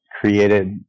created